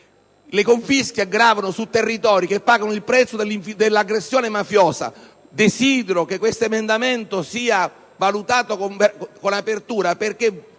Le confische gravano su territori che pagano il prezzo dell'aggressione mafiosa. Desidero che questo emendamento sia valutato con apertura perché